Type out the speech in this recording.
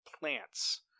plants